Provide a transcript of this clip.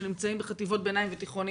שנמצאים בחטיבות ביניים ותיכונים.